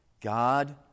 God